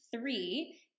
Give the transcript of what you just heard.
three